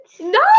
No